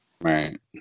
right